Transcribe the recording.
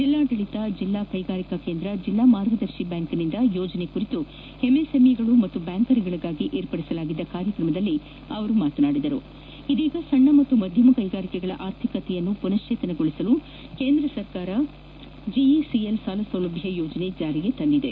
ಜಲ್ಲಾಡಳಿತ ಜಲ್ಲಾ ಕೈಗಾರಿಕಾ ಕೇಂದ್ರ ಜಲ್ಲಾ ಮಾರ್ಗದರ್ಶಿ ಬ್ಯಾಂಕ್ನಿಂದ ಯೋಜನೆ ಕುರಿತು ಎಂಎಸ್ಎಂಇಗಳು ಮತ್ತು ಬ್ಹಾಂಕರ್ಗಳಿಗಾಗಿ ಏರ್ಪಡಿಸಲಾಗಿದ್ದ ಕಾರ್ಯಕ್ರಮದಲ್ಲಿ ಮಾತನಾಡಿದ ಅವರು ಇದೀಗ ಸಣ್ಣ ಮತ್ತು ಮಧ್ಯಮ ಕೈಗಾರಿಕೆಗಳ ಆರ್ಥಿಕತೆಯನ್ನು ಪುನಶ್ಚೇತನಗೊಳಿಸಲು ಕೇಂದ್ರ ಸರ್ಕಾರ ಜಿಇಸಿಎಲ್ ಸಾಲ ಸೌಲಭ್ಯ ಯೋಜನೆ ಜಾರಿಗೆ ತಂದಿದೆ